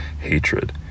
hatred